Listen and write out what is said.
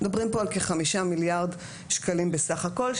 מדברים פה על כ-5 מיליארד שקלים בסך הכול.